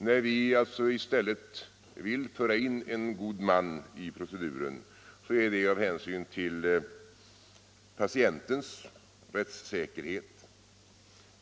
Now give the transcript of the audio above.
När vi i stället vill föra in en god man i proceduren är det av hänsyn till patientens rättssäkerhet.